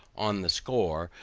on the score,